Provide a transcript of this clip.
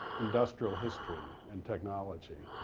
industrial history and technology.